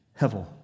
Hevel